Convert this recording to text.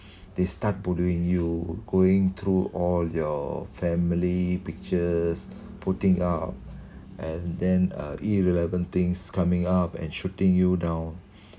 they start bullying you going through all your family pictures putting out and then uh irrelevant things coming up and shooting you down